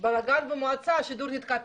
בלגן במועצה, תמיד השידור נתקע.